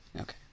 Okay